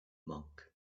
monk